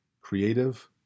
creative